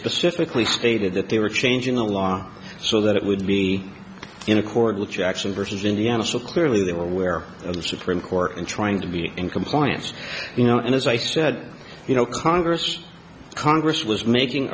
physically stated that they were changing the law so that it would be in accord with jackson versus indiana so clearly they were aware of the supreme court in trying to be in compliance you know and as i said you know congress congress was making